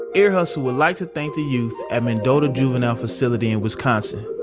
ear hustle would like to thank the youth at mendota juvenile facility in wisconsin.